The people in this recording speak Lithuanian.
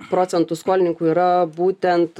procentų skolininkų yra būtent